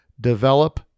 develop